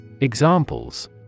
Examples